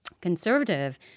Conservative